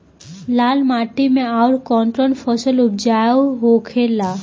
लाल माटी मे आउर कौन कौन फसल उपजाऊ होखे ला?